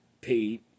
paid